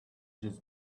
just